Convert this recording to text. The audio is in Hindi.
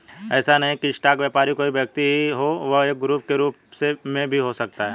ऐसा नहीं है की स्टॉक व्यापारी कोई व्यक्ति ही हो वह एक ग्रुप के रूप में भी हो सकता है